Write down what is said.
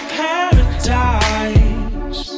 paradise